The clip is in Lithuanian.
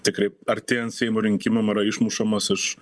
tikrai artėjant seimo rinkimam yra išmušamas iš